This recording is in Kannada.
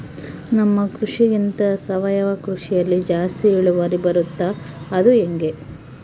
ನಮ್ಮ ಕೃಷಿಗಿಂತ ಸಾವಯವ ಕೃಷಿಯಲ್ಲಿ ಜಾಸ್ತಿ ಇಳುವರಿ ಬರುತ್ತಾ ಅದು ಹೆಂಗೆ?